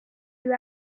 you